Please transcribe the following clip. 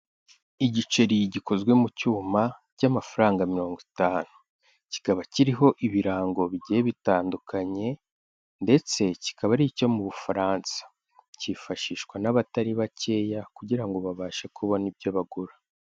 Igiceri gikozwe mu cyuma cy'amafaranga mirongo itanu, kikaba kiriho ibirango bigiye bitandukanye ndetse kikaba ari icyo mu Bufaransa cyifashishwa n'abatari bakeya kugira ngo babashe kubona ibyo bagura.